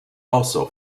also